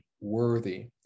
worthy